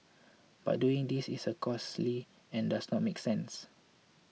but doing this is a costly and does not make sense